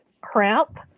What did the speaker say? cramp